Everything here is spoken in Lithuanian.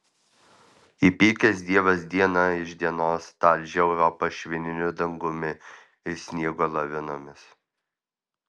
įpykęs dievas diena iš dienos talžė europą švininiu dangumi ir sniego lavinomis